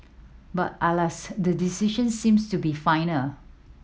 but alas the decision seems to be final